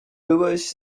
byłeś